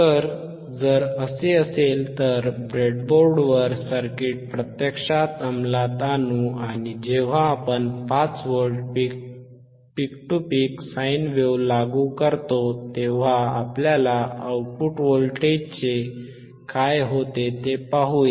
तर जर असे असेल तर ब्रेडबोर्डवर सर्किट प्रत्यक्षात अंमलात आणू आणि जेव्हा आपण 5 व्होल्ट पीक ते पीक साइन वेव्ह लागू करतो तेव्हा आपल्या आउटपुट व्होल्टेजचे काय होते ते पाहू या